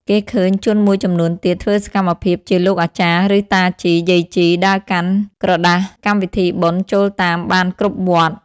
គេឃើញជនមួយចំនួនទៀត ធ្វើសកម្មភាពជាលោកអាចារ្យ ឬតាជី យាយជី ដើរកាន់ក្រដាសកម្មវិធីបុណ្យចូលតាមបានគ្រប់វត្ត ។